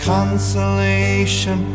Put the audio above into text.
consolation